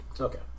Okay